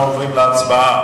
אנחנו עוברים להצבעה.